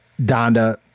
Donda